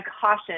caution